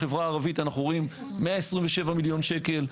בחברה הערבית אנחנו רואים 127,000,000 שקל,